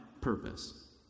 purpose